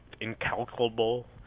incalculable